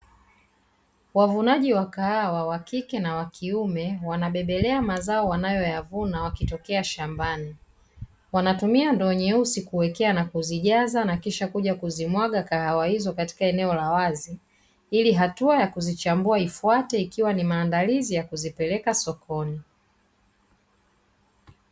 Wavunaji wa kahawa wa kike na wa kiume wanabebelea mazao wanayoyavuna wakitokea shambani. Wanatumia ndoo nyeusi kuwekea na kuzijaza na kisha kuja kuzimwaga kahawa hizo katika eneo la wazi, ili hatua ya kuzichambua ifuate ikiwa ni maandalizi ya kuzipeleka sokoni.